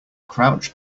crouch